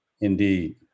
Indeed